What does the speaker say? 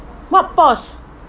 what pause